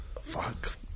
Fuck